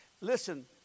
Listen